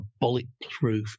bulletproof